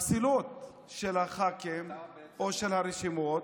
הפסילות של הח"כים או של הרשימות,